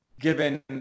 given